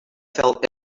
felt